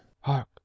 hark